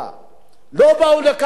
לא באו לכאן להיבדל,